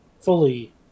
fully